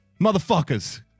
Motherfuckers